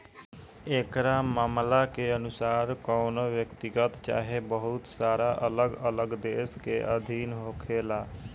एकरा मामला के अनुसार कवनो व्यक्तिगत चाहे बहुत सारा अलग अलग देश के अधीन होखेला